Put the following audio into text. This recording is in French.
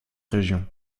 région